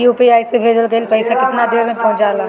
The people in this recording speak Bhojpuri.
यू.पी.आई से भेजल गईल पईसा कितना देर में पहुंच जाला?